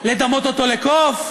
לדמות אותו לקוף,